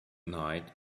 night